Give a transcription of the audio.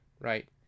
Right